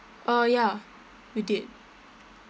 uh ya we did